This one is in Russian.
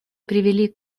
привели